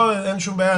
לא, אין שום בעיה.